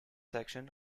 section